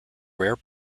rare